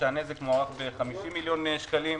הנזק מוערך ב-50 מיליון שקלים.